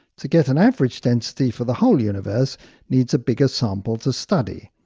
to get an average density for the whole universe needs a bigger sample to study.